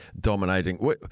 dominating